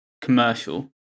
commercial